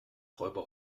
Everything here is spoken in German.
räuber